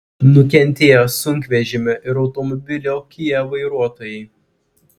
nukentėjo sunkvežimio ir automobilio kia vairuotojai